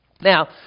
Now